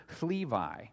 Levi